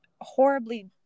horribly